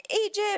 Egypt